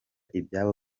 ibyobo